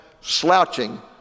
Slouching